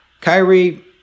Kyrie